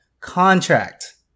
contract